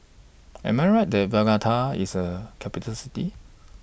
Am I Right that IS A Capital City